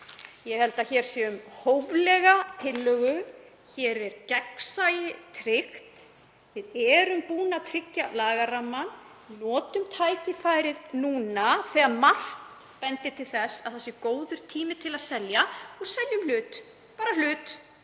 Ég held að hér sé um hóflega tillögu að ræða. Hér er gegnsæi tryggt, við erum búin að tryggja lagarammann. Notum tækifærið núna þegar margt bendir til að það sé góður tími til að selja og seljum hlut, bara hlut.